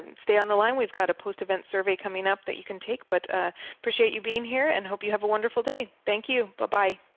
stay on the line, we've got a post event survey coming up that you can take. but we ah appreciate you being here and hope you have a wonderful day. thank you. but bye-bye.